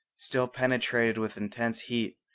still penetrated with intense heat,